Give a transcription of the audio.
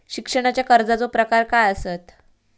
शिक्षणाच्या कर्जाचो प्रकार काय आसत?